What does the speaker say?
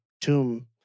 tomb